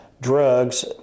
drugs